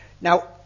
Now